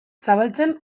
zabaltzen